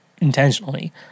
intentionally